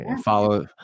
Follow